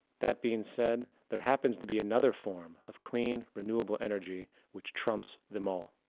that being said, there happens to be another form of clean renewable energy, which trumps them all.